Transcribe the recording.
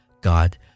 God